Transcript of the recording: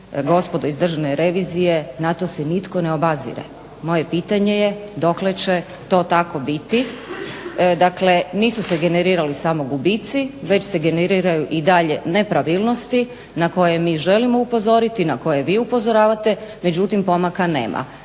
gospodo iz Državne revizije, na to se nitko ne obazire. Moje pitanje je dokle će to tako biti? Dakle nisu se generirali samo gubici, već se generiraju i dalje nepravilnosti na koje mi želimo upozoriti i na koje vi upozoravate, međutim pomaka nema.